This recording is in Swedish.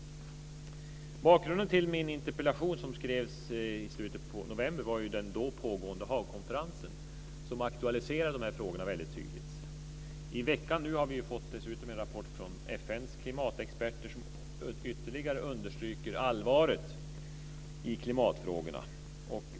Bakgrunden till min interpellation som skrevs i slutet av november var den då pågående Haagkonferensen som aktualiserade de här frågorna väldigt tydligt. Nu i veckan har vi dessutom fått en rapport från FN:s klimatexperter som ytterligare understryker allvaret i klimatfrågorna.